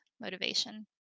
motivation